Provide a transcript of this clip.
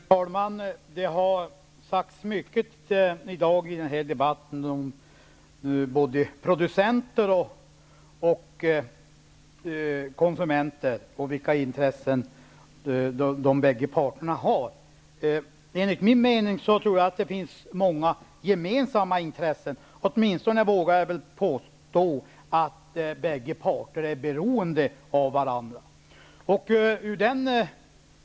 Fru talman! Det har sagts mycket i dagens debatt om både producenter och konsumenter och om vilka intressen de bägge parterna har. Enligt min mening finns det många gemensamma intressen; jag vågar åtminstone påstå att bägge parter är beroende av varandra.